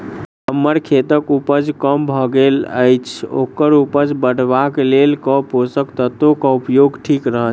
हम्मर खेतक उपज कम भऽ गेल अछि ओकर उपज बढ़ेबाक लेल केँ पोसक तत्व केँ उपयोग ठीक रहत?